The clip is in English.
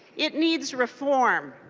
it needs reform.